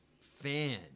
fan